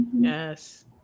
Yes